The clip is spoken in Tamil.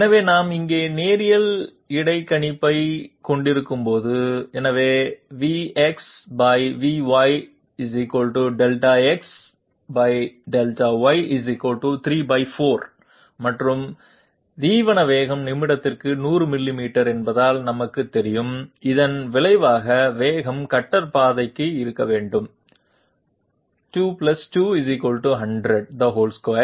எனவே நாம் இங்கே நேரியல் இடைக்கணிப்பைக் கொண்டிருக்கும்போது எனவே VxVy Δx Δy34 மற்றும் தீவன வேகம் நிமிடத்திற்கு 100 மில்லிமீட்டர் என்பதால் நமக்கும் தெரியும் இதன் விளைவாக வேகம் கட்டர் பாதை இருக்க வேண்டும் √ 2 2 100